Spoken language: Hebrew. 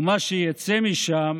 ומה שיצא משם